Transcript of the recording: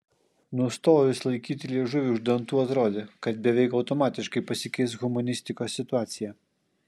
nustojus laikyti liežuvį už dantų atrodė kad beveik automatiškai pasikeis humanistikos situacija